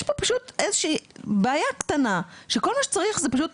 יש פה פשוט איזושהי בעיה קטנה שכל מה שצריך זה פשוט